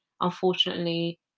Unfortunately